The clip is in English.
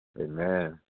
Amen